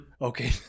Okay